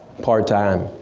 part-time.